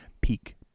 peak